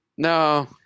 No